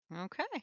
Okay